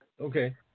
Okay